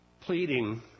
Pleading